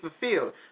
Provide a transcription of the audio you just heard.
fulfilled